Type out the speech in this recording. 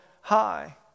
high